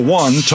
one